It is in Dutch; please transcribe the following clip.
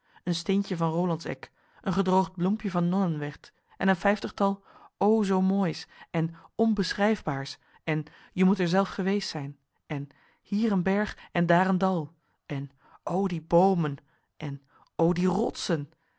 een steentje van rolandseck een gedroogd bloempje van nonnenwerth en een vijftigtal o zoo mooi's en onbeschrijfbaar's en je moet er zelf geweest zijn en hier een berg en daar een dal en o die boomen en o die rotsen